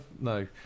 No